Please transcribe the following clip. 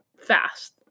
fast